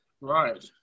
Right